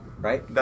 Right